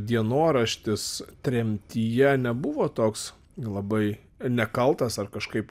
dienoraštis tremtyje nebuvo toks labai nekaltas ar kažkaip